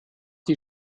die